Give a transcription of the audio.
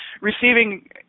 Receiving